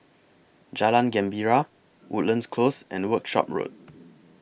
Jalan Gembira Woodlands Close and Workshop Road